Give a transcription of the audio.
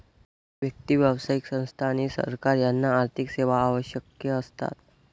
व्यक्ती, व्यावसायिक संस्था आणि सरकार यांना आर्थिक सेवा आवश्यक असतात